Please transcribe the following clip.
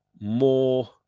more